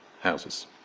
houses